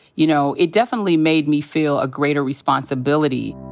you know, it definitely made me feel a greater responsibility.